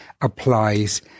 applies